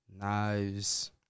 Knives